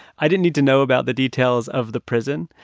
i didn't need to know about the details of the prison.